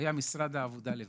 משרד העבודה היה לבד.